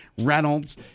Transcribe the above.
Reynolds